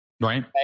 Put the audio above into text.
Right